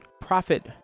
profit